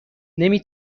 نمی